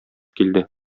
килде